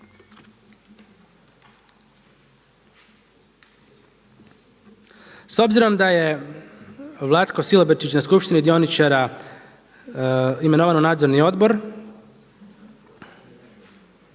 obzirom da je Vlatko Silobrčić na skupštini dioničara imenovan u nadzorni odbor